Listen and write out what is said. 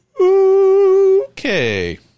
Okay